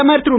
பிரதமர் திரு